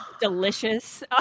delicious